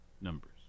numbers